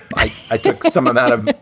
i i took some amount of,